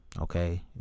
Okay